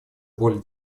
более